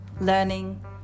learning